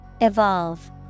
Evolve